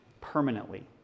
permanently